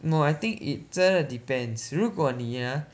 no I think it 真的 depends 如果你 ah